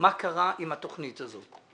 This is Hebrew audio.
מה קרה עם התוכנית הזאת.